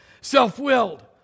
self-willed